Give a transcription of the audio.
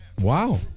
wow